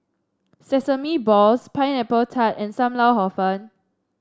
Sesame Balls Pineapple Tart and Sam Lau Hor Fun